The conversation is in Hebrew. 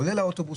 לאוטובוס,